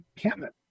encampment